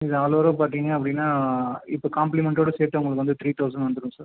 இது ஆல் ஓவரா பார்த்தீங்க அப்படின்னா இப்ப காம்ப்ளிமெண்ட்டோடு சேர்த்து உங்களுக்கு வந்து த்ரீ தௌசண்ட் வந்துடும் சார்